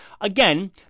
again